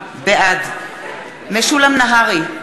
בעד משולם נהרי,